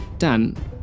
Dan